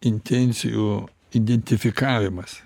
intencijų identifikavimas